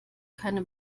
keine